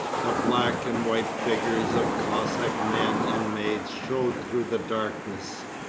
the black and white figures of cossack men and maids showed through the darkness,